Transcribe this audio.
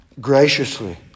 graciously